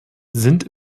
sind